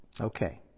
Okay